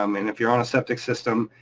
um and if you're on a septic system,